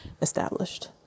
established